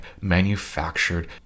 manufactured